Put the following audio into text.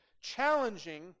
challenging